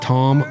Tom